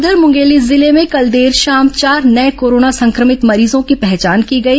उधर मुंगेली जिले में कल देर शाम चार नये कोरोना संक्रमित मरीजों की पहचान की गई